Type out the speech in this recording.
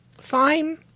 fine